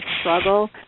struggle